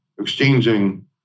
exchanging